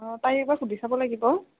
অ পাৰিব সুধি চাব লাগিব